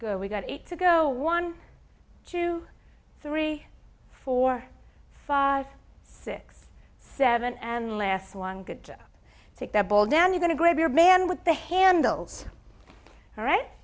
go we got eight to go one two three four five six seven and last long good job take that ball now you going to grab your man with the handles all right